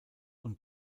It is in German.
und